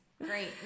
Great